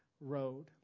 road